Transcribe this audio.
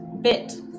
bit